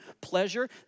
pleasure